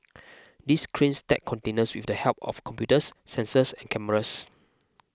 these cranes stack containers with the help of computers sensors and cameras